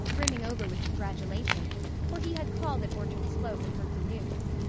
brimming over with congratulations, for he had called at orchard slope and heard the news.